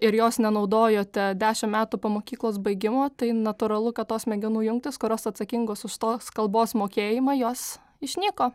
ir jos nenaudojote dešimt metų po mokyklos baigimo tai natūralu kad tos smegenų jungtys kurios atsakingos už tos kalbos mokėjimą jos išnyko